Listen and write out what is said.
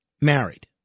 married